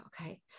okay